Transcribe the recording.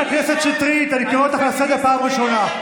חברת הכנסת שטרית, אני קורא אותך לסדר פעם ראשונה.